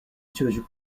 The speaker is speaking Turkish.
çocuk